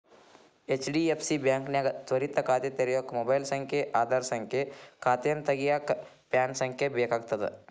HDFC ಬಾಂಕ್ನ್ಯಾಗ ತ್ವರಿತ ಖಾತೆ ತೆರ್ಯೋಕ ಮೊಬೈಲ್ ಸಂಖ್ಯೆ ಆಧಾರ್ ಸಂಖ್ಯೆ ಖಾತೆನ ತೆರೆಯಕ ಪ್ಯಾನ್ ಸಂಖ್ಯೆ ಬೇಕಾಗ್ತದ